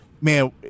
man –